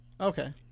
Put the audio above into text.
Okay